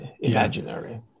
imaginary